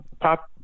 Pop